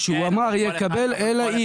שהוא אמר יקבל אלא אם.